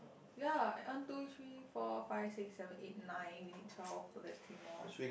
ya I uh one two three four five six seven eight nine you need twelve so that's three more